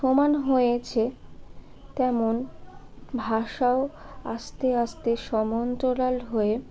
প্রমাণ হয়েছে তেমন ভাষাও আস্তে আস্তে সমান্তরাল হয়ে